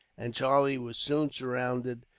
and charlie was soon surrounded,